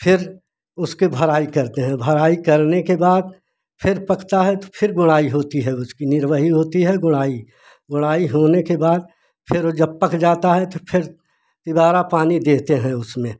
फिर उसके भराई करते हैं भराई करने के बाद फिर पकता है तो फिर गोड़ाई होती है उसकी निर्वही होती है गोड़ाई गोड़ाई होने के बाद फिर ओ जब पक जाता है तो फिर तिबारा पानी देते हैं उसमें